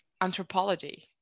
anthropology